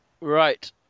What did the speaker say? Right